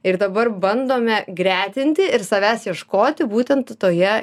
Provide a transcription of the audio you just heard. ir dabar bandome gretinti ir savęs ieškoti būtent toje